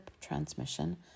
transmission